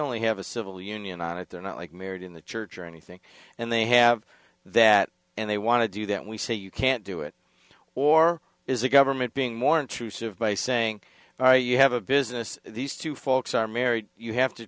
only have a civil union and if they're not like married in the church or anything and they have that and they want to do that we say you can't do it or is a government being more intrusive by saying you have a business these two folks are married you have to